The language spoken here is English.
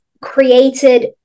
created